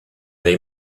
dei